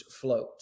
float